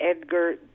Edgar